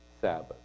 Sabbath